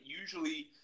usually